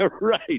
Right